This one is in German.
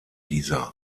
dieser